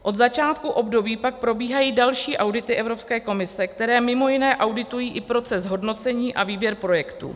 Od začátku období pak probíhají další audity Evropské komise, které mimo jiné auditují i proces hodnocení a výběr projektů.